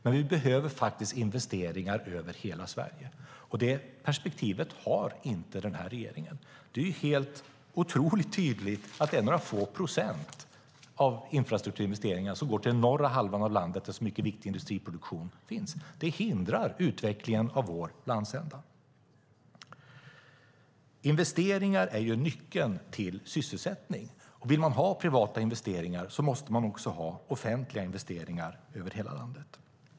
Men vi behöver investeringar över hela Sverige, och det perspektivet har inte den här regeringen. Det är otroligt tydligt att det är några få procent av infrastrukturinvesteringar som går till den norra halvan av landet, där så mycket viktig industriproduktion finns. Det hindrar utvecklingen av den landsändan. Investeringar är nyckeln till sysselsättning. Vill man ha privata investeringar måste man också ha offentliga investeringar över hela landet.